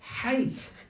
hate